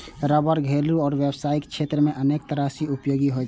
रबड़ घरेलू आ व्यावसायिक क्षेत्र मे अनेक तरह सं उपयोगी होइ छै